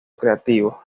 creativo